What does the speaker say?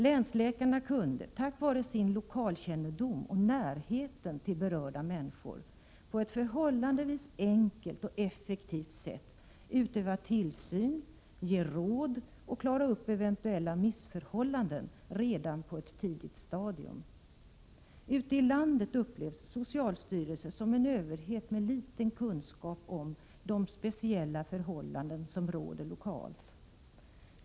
Länsläkarna kunde, tack vare sin lokalkännedom och närheten till berörda människor, på ett förhållandevis enkelt och effektivt sätt utöva tillsyn, ge råd och klara upp eventuella missförhållanden redan på ett tidigt stadium. Ute i landet upplevs socialstyrelsen som en överhet med liten kunskap om de speciella förhållanden som råder lokalt.